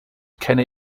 kenne